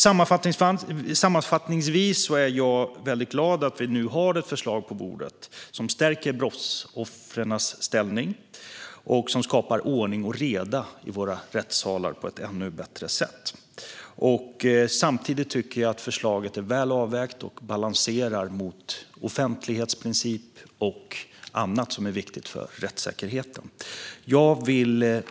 Sammanfattningsvis är jag väldigt glad att vi nu har ett förslag på bordet som stärker brottsoffrens ställning och skapar ordning och reda i våra rättssalar på ett ännu bättre sätt. Samtidigt tycker jag att förslaget är väl avvägt och balanserar mot offentlighetsprincipen och annat som är viktigt för rättssäkerheten.